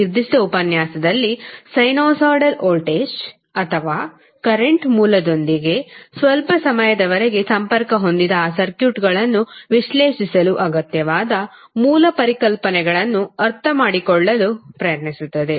ಈ ನಿರ್ದಿಷ್ಟ ಉಪನ್ಯಾಸದಲ್ಲಿ ಸೈನುಸೈಡಲ್ ವೋಲ್ಟೇಜ್ ಅಥವಾ ಕರೆಂಟ್ ಮೂಲದೊಂದಿಗೆt ಸ್ವಲ್ಪ ಸಮಯದವರೆಗೆ ಸಂಪರ್ಕ ಹೊಂದಿದ ಆ ಸರ್ಕ್ಯೂಟ್ಗಳನ್ನು ವಿಶ್ಲೇಷಿಸಲು ಅಗತ್ಯವಾದ ಮೂಲ ಪರಿಕಲ್ಪನೆಗಳನ್ನು ಅರ್ಥಮಾಡಿಕೊಳ್ಳಲು ಪ್ರಯತ್ನಿಸುತ್ತದೆ